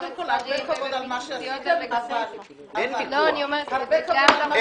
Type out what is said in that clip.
כל הכבוד על מה שעשיתם, אבל יש עוד הרבה לעשות.